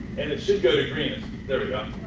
and it should go to green there we go,